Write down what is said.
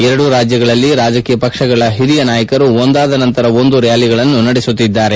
ಎರಡು ರಾಜ್ಯಗಳಲ್ಲಿ ರಾಜಕೀಯ ಪಕ್ಷಗಳ ಹಿರಿಯ ನಾಯಕರು ಒಂದಾದ ನಂತರ ಒಂದು ರ್ನ್ಯಾಲಿಗಳನ್ನು ನಡೆಸುತ್ತಿದ್ದಾರೆ